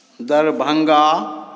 Darbhanga